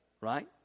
Right